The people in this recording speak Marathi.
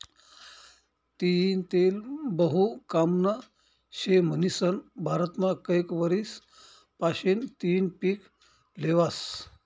तीयीनं तेल बहु कामनं शे म्हनीसन भारतमा कैक वरीस पाशीन तियीनं पिक ल्हेवास